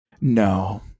No